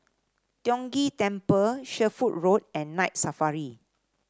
Tiong Ghee Temple Sherwood Road and Night Safari